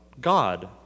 God